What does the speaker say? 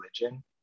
religion